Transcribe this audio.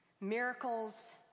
miracles